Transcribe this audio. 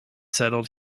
settled